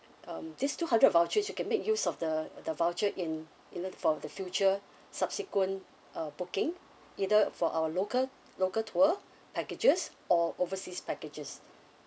um this two hundred vouchers you can make use of the the voucher in you know for the future subsequent uh booking either for our local local tour packages or overseas packages